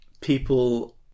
people